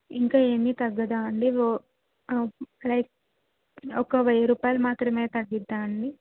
ఇంకా ఏమి తగ్గదా అండి ఒ లైక్ ఒక వెయ్యి రూపాయలు మాత్రమే తగ్గుతుందా అండి